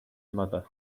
mother